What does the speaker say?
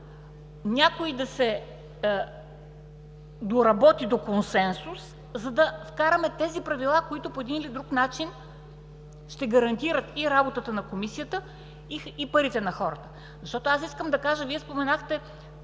някой да се доработи до консенсус, за да вкараме тези правила, които по един или друг начин ще гарантират и работата на Комисията, и парите на хората. Искам да кажа, Вие споменахте